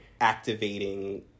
activating